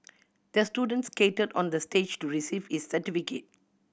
the student skated on the stage to receive is certificate